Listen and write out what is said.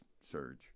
surge